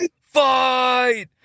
fight